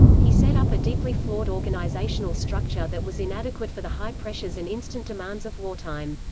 he set up a deeply flawed organizational structure that was inadequate for the high pressures and instant demands of wartime.